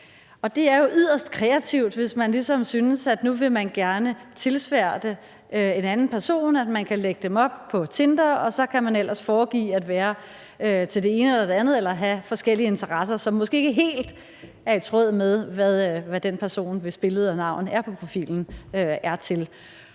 Det er jo yderst kreativt, hvis man ligesom synes, at man nu gerne vil tilsværte en anden person ved at lægge dem op på Tinder. Så kan man ellers foregive, at personen er til det ene eller det andet eller kan have forskellige interesser, som måske ikke helt er i tråd med, hvad den person, hvis billede og navn er på profilen, er til.